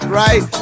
right